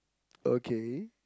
okay